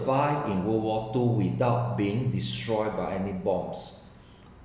~vive in world war two without being destroyed by any bombs